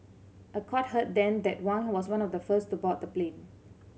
a court heard then that Wang was one of the first to board the plane